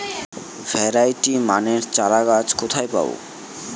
Variety মানের চারাগাছ কোথায় পাবো?